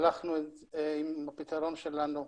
והלכנו עם הפתרון שלנו,